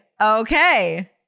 Okay